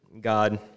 God